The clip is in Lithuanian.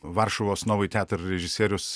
varšuvos novyi teatr režisierius